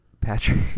Patrick